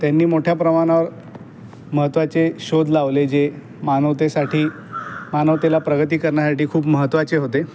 त्यांनी मोठ्या प्रमाणा वर महत्त्वाचे शोध लावले जे मानवतेसाठी मानवतेला प्रगती करण्यासाठी खूप महत्त्वाचे होते